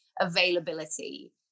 availability